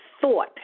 thought